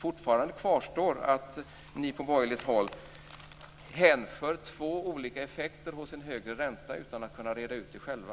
Fortfarande kvarstår att ni från borgerligt håll hänför två olika effekter till en högre ränta utan att kunna reda ut det själva.